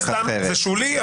זה שולי,